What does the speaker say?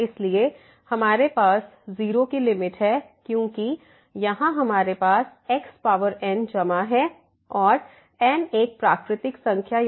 इसलिए हमारे पास 0 की लिमिट है क्योंकि यहां हमारे पास x पावर n जमा 1 है और n एक प्राकृत संख्या है